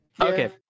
Okay